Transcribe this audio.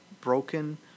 broken